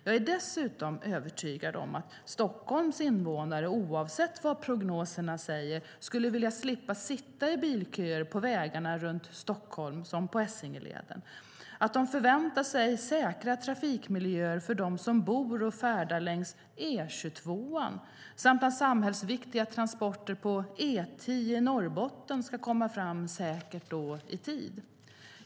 Jag är dessutom övertygad om att Stockholms invånare, oavsett vad prognoserna säger, skulle vilja slippa sitta i bilköer på vägarna runt Stockholm, som på Essingeleden, att de förväntar sig säkra trafikmiljöer för dem som bor och färdas längs E22 och att samhällsviktiga transporter på E10 Norrbotten ska komma fram säkert och i tid.